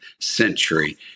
century